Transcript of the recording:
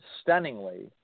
stunningly